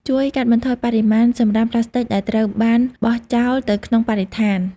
ជួយកាត់បន្ថយបរិមាណសំរាមផ្លាស្ទិកដែលត្រូវបានបោះចោលទៅក្នុងបរិស្ថាន។